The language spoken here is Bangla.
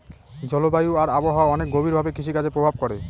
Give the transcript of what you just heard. জলবায়ু আর আবহাওয়া অনেক গভীর ভাবে কৃষিকাজে প্রভাব করে